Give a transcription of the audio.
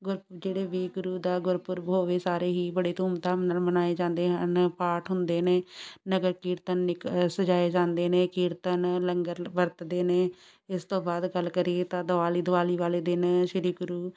ਗੁਰ ਜਿਹੜੇ ਵੀ ਗੁਰੂ ਦਾ ਗੁਰਪੁਰਬ ਹੋਵੇ ਸਾਰੇ ਹੀ ਬੜੇ ਧੂਮਧਾਮ ਨਾਲ ਮਨਾਏ ਜਾਂਦੇ ਹਨ ਪਾਠ ਹੁੰਦੇ ਨੇ ਨਗਰ ਕੀਰਤਨ ਨਿਕ ਸਜਾਏ ਜਾਂਦੇ ਨੇ ਕੀਰਤਨ ਲੰਗਰ ਵਰਤਦੇ ਨੇ ਇਸ ਤੋਂ ਬਾਅਦ ਗੱਲ ਕਰੀਏ ਤਾਂ ਦੀਵਾਲੀ ਦੀਵਾਲੀ ਵਾਲੇ ਦਿਨ ਸ਼੍ਰੀ ਗੁਰੂ